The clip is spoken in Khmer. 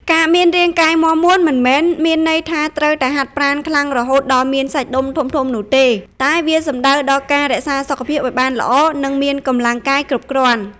ការមានរាងកាយមាំមួនមិនមែនមានន័យថាត្រូវតែហាត់ប្រាណខ្លាំងរហូតដល់មានសាច់ដុំធំៗនោះទេ តែវាសំដៅដល់ការរក្សាសុខភាពឲ្យបានល្អ និងមានកម្លាំងកាយគ្រប់គ្រាន់។